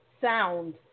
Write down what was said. Sound